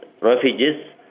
refugees